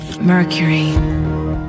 Mercury